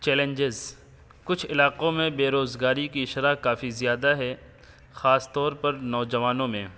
challenges کچھ علاقوں میں بے روزگاری کی شرح کافی زیادہ ہے خاص طور پر نوجوانوں میں